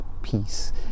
peace